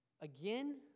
Again